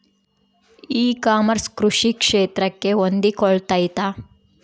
E commerce ಕೃಷಿ ಕ್ಷೇತ್ರಕ್ಕೆ ಹೊಂದಿಕೊಳ್ತೈತಾ?